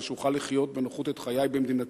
כדי שאוכל לחיות בנוחות את חיי במדינתי.